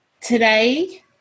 today